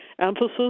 Emphasis